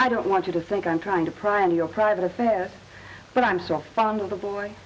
i don't want you to think i'm trying to pry into your private affairs but i'm so fond of the bo